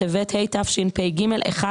במהלך השנה הביצוע מתקדם בקצב לא לינארי,